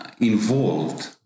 involved